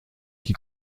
qui